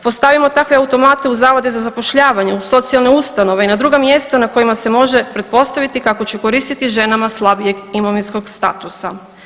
Postavimo takve automate u zavode za zapošljavanje, u socijalne ustanove i na druga mjesta na kojima se može pretpostaviti kako će koristiti ženama slabijeg imovinskog statusa.